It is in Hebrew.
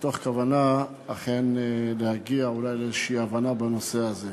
מתוך כוונה אכן להגיע אולי לאיזו הבנה בנושא הזה.